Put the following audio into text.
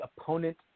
opponent